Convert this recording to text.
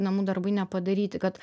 namų darbai nepadaryti kad